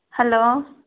hello